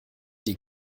die